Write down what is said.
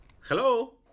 Hello